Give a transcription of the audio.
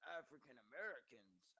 african-americans